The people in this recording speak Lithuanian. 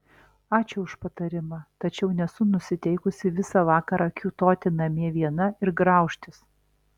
ačiū už patarimą tačiau nesu nusiteikusi visą vakarą kiūtoti namie viena ir graužtis